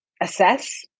assess